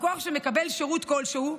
לקוח שמקבל שירות כלשהו,